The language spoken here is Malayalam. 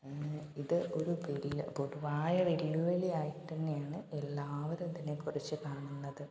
ഇത് ഒരു വലിയ പൊതുവായ വലിയ വലിയ ആക്ടിനെയാണ് എല്ലാ വിധത്തിലും കുറിച്ച് കാണുന്നത്